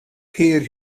hid